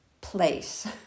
place